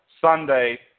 Sunday